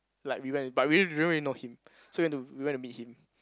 like we went but we don't really know him so went to we went to meet him